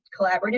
collaborative